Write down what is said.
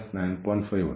5 ഉണ്ട്